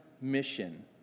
mission